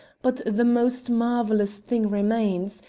but the most marvellous thing remains.